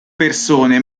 persone